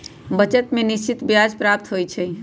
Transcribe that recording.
बचत में निश्चित ब्याज प्राप्त होइ छइ